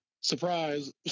Surprise